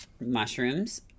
Mushrooms